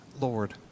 Lord